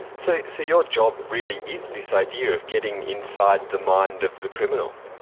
so so your job really is this idea of getting inside the mind of the criminal?